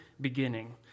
beginning